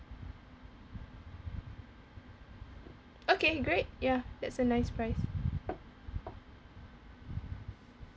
okay great ya that's a nice price